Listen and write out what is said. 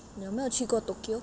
uh 你有没有去过 tokyo